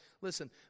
Listen